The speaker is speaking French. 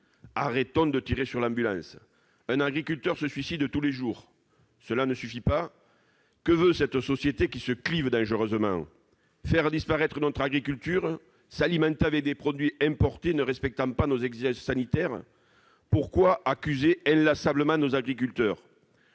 Cessons de tirer sur l'ambulance ! Un agriculteur se suicide tous les jours. Cela ne suffit-il pas ? Que veut cette société qui se clive dangereusement ? Faire disparaitre notre agriculture ? S'alimenter avec des produits importés qui ne respectent pas nos propres exigences sanitaires ? Pourquoi accuser inlassablement nos agriculteurs ?